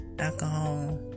Alcohol